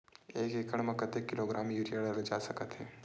एक एकड़ म कतेक किलोग्राम यूरिया डाले जा सकत हे?